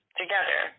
together